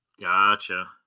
Gotcha